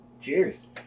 Cheers